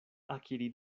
akiri